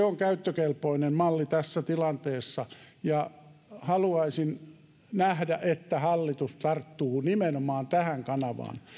on käyttökelpoinen malli tässä tilanteessa ja haluaisin nähdä että hallitus tarttuu nimenomaan tähän kanavaan